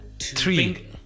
Three